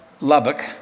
Lubbock